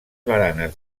baranes